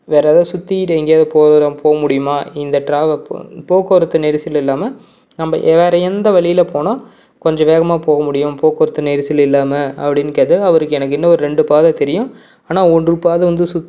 வேறு எதாவது சுற்றிக்கிட்டு எங்கேயாது போகிற போகமுடியுமா இந்த ட்ராவ போக்குவரத்து நெரிசல் இல்லாமல் நம்ம வேறு எந்த வழியில் போனால் கொஞ்சம் வேகமாக போகமுடியும் போக்குவரத்து நெரிசல் இல்லாமல் அப்படின் கேட்டேன் அவருக்கு எனக்கு இன்னொரு ரெண்டு பாதை தெரியும் ஆனால் ஒரு பாதை வந்து சுத்